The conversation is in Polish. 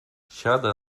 siada